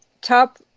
top